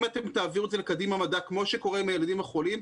אם אתם תעבירו את זה לקדימה מדע כמו שקורה עם הילדים החולים,